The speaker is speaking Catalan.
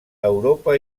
europa